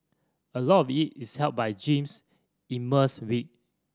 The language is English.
a lot of it is helped by Jean's immense wit